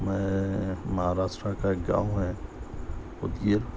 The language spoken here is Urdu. میں مہاراشٹرا کا ایک گاؤں ہے اُدیت